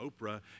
Oprah